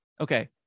okay